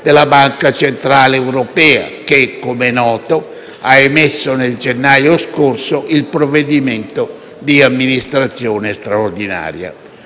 della Banca centrale europea che, come noto, ha emesso nel gennaio scorso il provvedimento di amministrazione straordinaria.